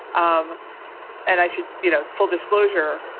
um and i should you know, full disclosure,